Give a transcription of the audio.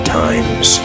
times